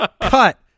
cut